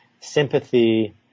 Sympathy